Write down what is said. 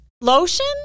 lotion